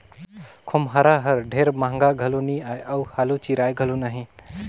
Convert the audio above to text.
खोम्हरा हर ढेर महगा घलो नी आए अउ हालु चिराए घलो नही